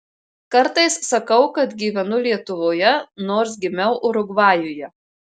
kartais sakau kad gyvenu lietuvoje nors gimiau urugvajuje